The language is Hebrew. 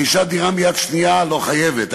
"רכישת דירה שנייה כלל אינה חייבת במע"מ.